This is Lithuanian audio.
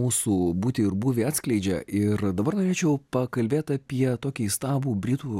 mūsų būtį ir buvį atskleidžia ir dabar norėčiau pakalbėt apie tokį įstabų britų